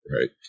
right